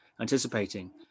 Anticipating